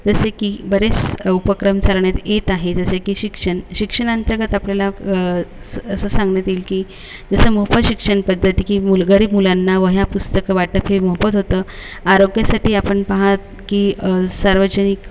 जसे की बरेस उपक्रम सरण्यात येत आहे जसे की शिक्षण शिक्षणांतर्गत आपल्याला असं सांगण्यात येईल की जसं मोफत शिक्षण पद्धती की मूल गरीब मुलांना वह्या पुस्तकवाटप हे मोफत होतं आरोग्यासाठी आपण पाहतो की सार्वजनिक